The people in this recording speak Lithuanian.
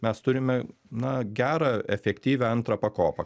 mes turime na gerą efektyvią antrą pakopą